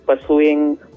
pursuing